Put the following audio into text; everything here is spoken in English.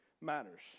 matters